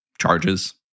charges